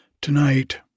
Tonight